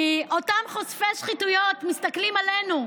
כי אותם חושפי שחיתויות מסתכלים עלינו,